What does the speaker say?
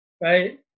right